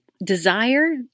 desire